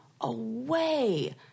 away